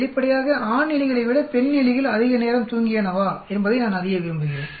வெளிப்படையாக ஆண் எலிகளை விட பெண் எலிகள் அதிக நேரம் தூங்கியனவா என்பதை நான் அறிய விரும்புகிறேன்